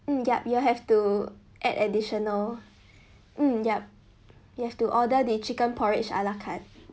mm yup you'll have to add additional mm yup you have to order the chicken porridge a la carte